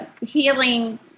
healing